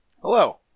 Hello